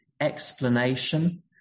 explanation